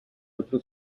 otro